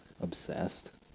obsessed